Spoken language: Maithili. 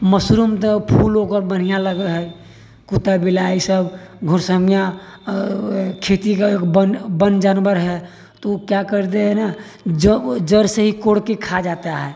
मशरूम तऽ फूल ओकर बाढ़िऑं लागै है कुत्ता बिलाइ सभ घुसि अबै है खिड़की से वन जानवर है तऽ ओ क्या करते है न जड़ से कोड़ के खा जाता है